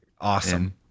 Awesome